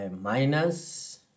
minus